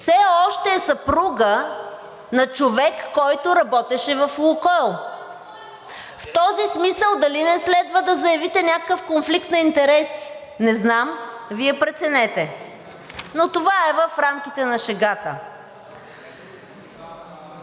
все още е съпруга на човек, който работеше в „Лукойл“. В този смисъл дали не следва да заявите някакъв конфликт на интереси? Не знам, Вие преценете. Но това е в рамките на шегата.